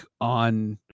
on